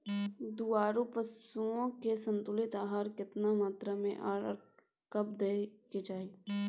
दुधारू पशुओं के संतुलित आहार केतना मात्रा में आर कब दैय के चाही?